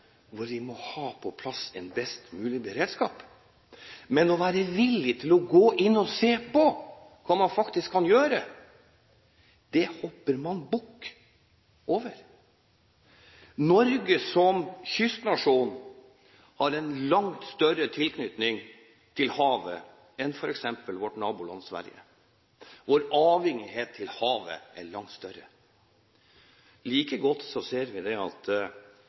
hvor vi må ha på plass en best mulig beredskap. Men å være villig til å gå inn og se på hva man faktisk kan gjøre, det hopper man bukk over. Norge som kystnasjon har en langt større tilknytning til havet enn f.eks. vårt naboland Sverige. Vår avhengighet av havet er langt større. Likevel ser vi at